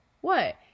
What